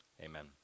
amen